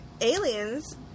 aliens